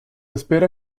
espera